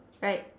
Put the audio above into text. right